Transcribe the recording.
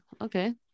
Okay